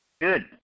Good